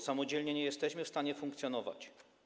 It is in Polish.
Samodzielnie nie jesteśmy w stanie funkcjonować.